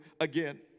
again